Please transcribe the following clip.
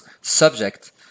subject